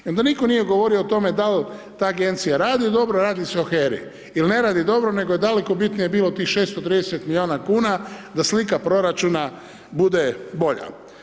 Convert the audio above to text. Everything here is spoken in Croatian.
I onda nitko nije govorio o tome, dal ta agencija radi dobro radi se o HERA-i, ili ne radi dobro, nego je daleko bitnije bilo tih 630 milijuna kn, da slika proračuna bude bolja.